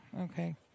Okay